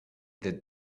that